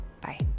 Bye